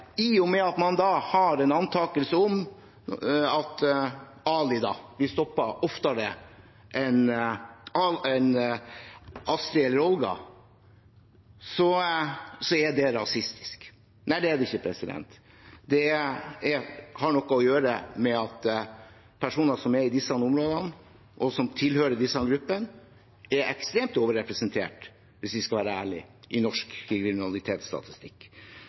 i og med at man da har en antakelse om at Ali blir stoppet oftere enn Astrid eller Olga, sier at det er rasistisk. Nei, det er det ikke, det har nok å gjøre med at personer som er i disse områdene og tilhører de samme gruppene, er ekstremt overrepresentert – hvis vi skal være ærlige – i norsk kriminalitetsstatistikk.